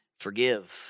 forgive